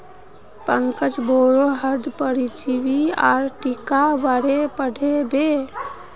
पंकज बोडो हय परजीवी आर टीकार बारेत पढ़ बे